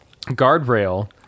Guardrail